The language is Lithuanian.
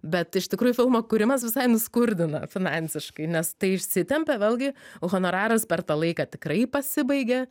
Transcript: bet iš tikrųjų filmo kūrimas visai nuskurdina finansiškai nes tai išsitempia vėlgi honoraras per tą laiką tikrai pasibaigia